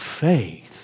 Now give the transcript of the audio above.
faith